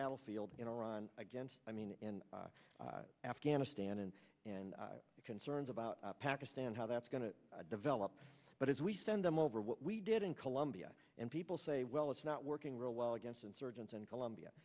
battlefield in iran against i mean in afghanistan and and concerns about pakistan how that's going to develop but as we send them over we did in colombia and people say well it's not working real well against insurgents in colombia